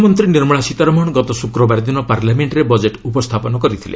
ଅର୍ଥମନ୍ତ୍ରୀ ନିର୍ମଳା ସୀତାରମଣ ଗତ ଶୁକ୍ରବାର ଦିନ ପାର୍ଲାମେଣ୍ଟ୍ରେ ବଜେଟ୍ ଉପସ୍ଥାପନ କରିଥିଲେ